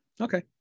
Okay